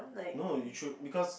no you should because